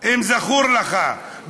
אם זכור לך,